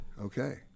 okay